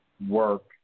work